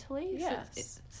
Yes